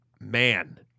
man